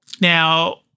Now